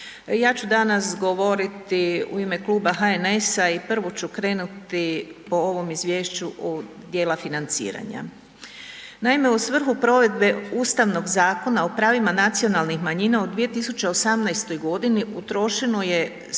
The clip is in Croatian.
Ja ću danas govoriti u ime Kluba HNS-a i prvo ću krenuti po ovom izvješću u dijela financiranja. Naime, u svrhu provedbe Ustavnog Zakona o pravima nacionalnih manjina u 2018.g. utrošeno je 173